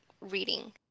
reading